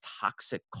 toxic